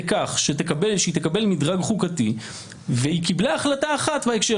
כך שהיא תקבל מדרג חוקתי והיא קיבלה החלטה אחת בהקשר